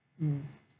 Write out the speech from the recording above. mm